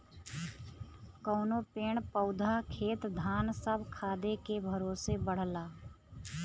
कउनो पेड़ पउधा खेत धान सब खादे के भरोसे बढ़ला